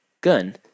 Gun